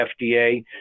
FDA